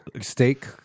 Steak